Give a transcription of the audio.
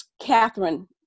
Catherine